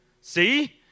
See